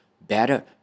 better